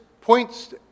points